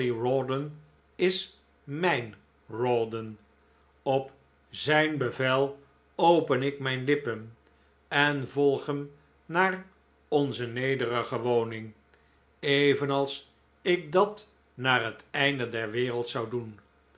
is mijn rawdon op zijn bevel open ik mijn lippen en volg hem naar onze nederige woning evenals ik dat naar het einde der wereld zou doen